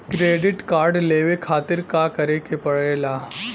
Credit card लेवे खातिर का करे के पड़ेला?